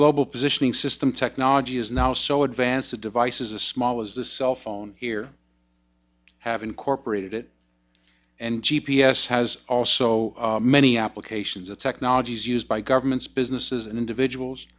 global positioning system technology is now so advanced the devices a small as the cell phone here have incorporated it and g p s has also many applications of technologies used by governments businesses and individuals